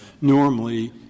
normally